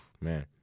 man